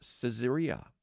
Caesarea